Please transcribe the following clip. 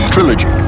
Trilogy